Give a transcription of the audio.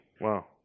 wow